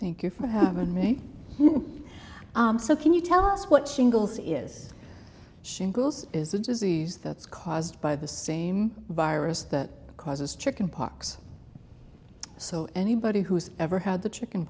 thank you for having me so can you tell us what shingles is shingles is a disease that's caused by the same virus that causes chicken pox so anybody who's ever had the chicken